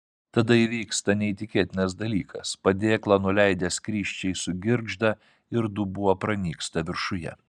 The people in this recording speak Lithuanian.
tada įvyksta neįtikėtinas dalykas padėklą nuleidę skrysčiai sugirgžda ir dubuo pranyksta viršuje